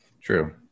True